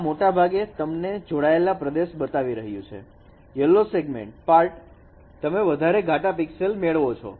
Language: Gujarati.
આ મોટાભાગે તમને જોડાયેલા પ્રદેશ બતાવી રહ્યું છે યલો સેગમેન્ટ પાર્ટ તમે વધારે ઘાટા પિક્સેલ્સ મેળવો છો